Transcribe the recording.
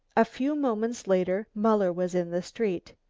a few moments later muller was in the street.